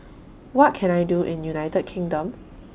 What Can I Do in United Kingdom